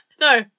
no